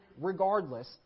regardless